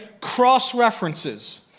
Cross-references